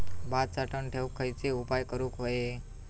भात साठवून ठेवूक खयचे उपाय करूक व्हये?